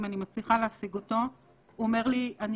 אם אני מצליחה להשיג אותו הוא אומר לי: אני